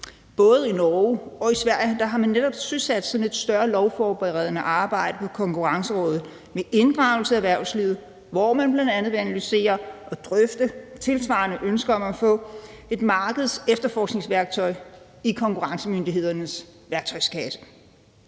Både i Norge og i Sverige har man netop søsat sådan et større lovforberedende arbejde ved deres konkurrenceråd med inddragelse af erhvervslivet, hvor man bl.a. vil analysere og drøfte tilsvarende ønsker om at få et markedsefterforskningsværktøj i konkurrencemyndighedernes værktøjskasse.